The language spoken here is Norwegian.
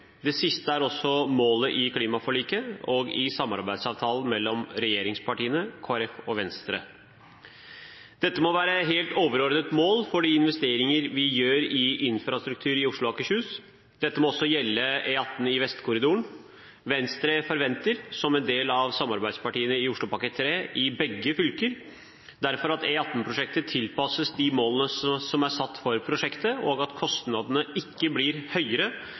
Det siste er også målet i klimaforliket og i samarbeidsavtalen mellom regjeringspartiene, Kristelig Folkeparti og Venstre. Dette må være et helt overordnet mål for de investeringer vi gjør i infrastruktur i Oslo og Akershus, og dette må også gjelde E18 Vestkorridoren. Venstre forventer, som et av samarbeidspartiene i Oslopakke 3, derfor at E18-prosjektet i begge fylker tilpasses de målene som er satt for prosjektet, og at kostnadene ikke blir høyere